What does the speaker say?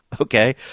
okay